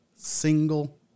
single